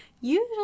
usually